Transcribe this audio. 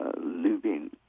living